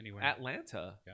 Atlanta